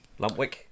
lumpwick